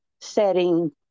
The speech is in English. setting